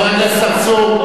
חבר הכנסת צרצור,